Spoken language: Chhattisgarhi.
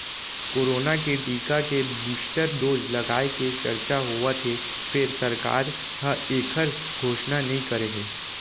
कोरोना के टीका के बूस्टर डोज लगाए के चरचा होवत हे फेर सरकार ह एखर घोसना नइ करे हे